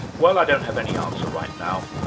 well i don't have any answer right now,